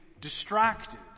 distracted